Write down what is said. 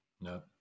No